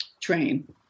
train